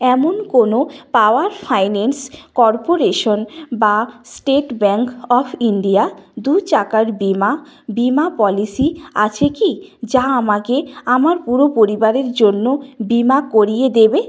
এমন কোনো power finance corporation বা স্টেট ব্যাংক অফ ইন্ডিয়া দু চাকার বিমা বিমা পলিসি আছে কি যা আমাকে আমার পুরো পরিবারের জন্য বিমা করিয়ে দেবে